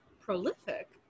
prolific